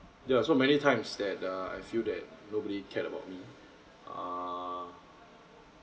there are so many times that uh I feel that nobody cared about me err